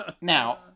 now